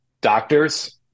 doctors